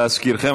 להזכירכם,